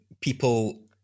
people